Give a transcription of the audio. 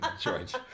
George